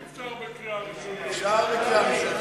אי-אפשר בקריאה ראשונה.